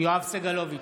סגלוביץ'